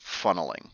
funneling